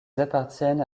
appartiennent